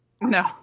No